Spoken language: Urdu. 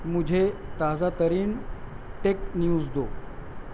مجھے تازہ ترین ٹیک نیوز دو